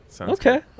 Okay